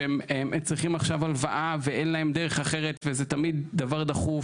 שהם צריכים עכשיו הלוואה ואין להם דרך אחרת וזה תמיד דבר דחוף,